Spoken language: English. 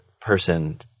person